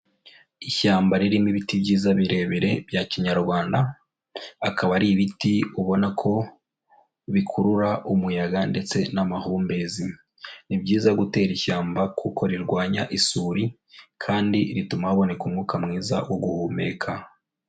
Ishyamba ririmo ibiti byiza birebire bya Kinyarwanda, akaba ari ibiti ubona ko bikurura umuyaga ndetse n'amahumbezi, ni byiza gutera ishyamba kuko rirwanya isuri, kandi rituma haboneka umwuka mwiza wo guhumeka.